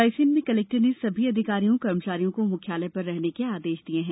रायसेन में कलेक्टर ने सभी अधिकारियों कर्मचारियों को मुख्यालय पर रहने के आदेश दिए हैं